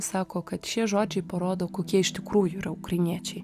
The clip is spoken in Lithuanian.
sako kad šie žodžiai parodo kokie iš tikrųjų yra ukrainiečiai